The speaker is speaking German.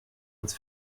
uns